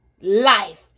life